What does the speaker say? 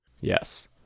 Yes